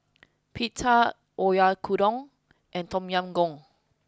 Pita Oyakodon and Tom Yam Goong